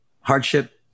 hardship